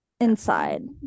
inside